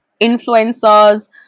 influencers